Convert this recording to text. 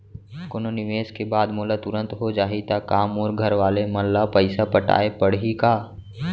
कोनो निवेश के बाद मोला तुरंत हो जाही ता का मोर घरवाले मन ला पइसा पटाय पड़ही का?